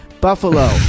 Buffalo